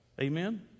Amen